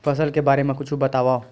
फसल के बारे मा कुछु बतावव